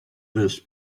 this